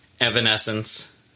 evanescence